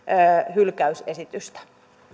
hylkäysesitystä